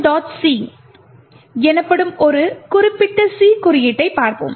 c எனப்படும் ஒரு குறிப்பிட்ட C குறியீட்டைப் பார்ப்போம்